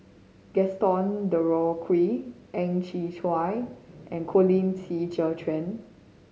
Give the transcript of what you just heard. Gaston Dutronquoy Ang Chwee Chai and Colin Qi Zhe Quan